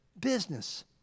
business